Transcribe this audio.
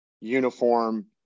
uniform